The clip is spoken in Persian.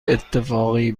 اتفاقی